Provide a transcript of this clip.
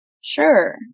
Sure